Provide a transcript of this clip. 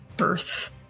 earth